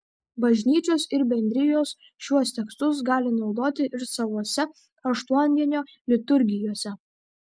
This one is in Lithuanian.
bažnyčios ir bendrijos šiuos tekstus gali naudoti ir savose aštuondienio liturgijose